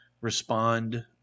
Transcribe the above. respond